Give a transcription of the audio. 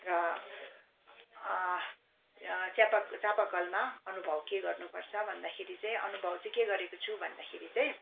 र य चापा चापाकलमा अनुभव के गर्नुपर्छ भन्दाखेरि चाहिँ अनुभव चाहिँ के गरेको छु भन्दाखेरि चाहिँ